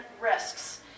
risks